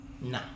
Nah